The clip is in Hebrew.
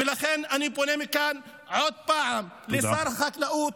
ולכן אני פונה מכאן עוד פעם לשר החקלאות